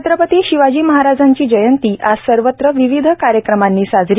छत्रपती शिवाजी महाराजांची जयंती आज सर्वत्र विविध कार्यक्रमांनी साजरी